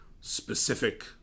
specific